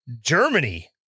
Germany